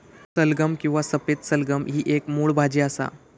सलगम किंवा सफेद सलगम ही एक मुळ भाजी असा